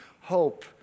hope